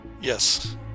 Yes